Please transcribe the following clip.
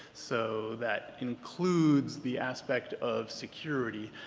so that includes the aspect of security.